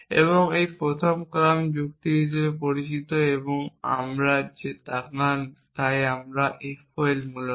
এবং এই প্রথম ক্রম যুক্তি হিসাবে পরিচিত এবং আমরা যে তাকান চাই আজ FOL মূলত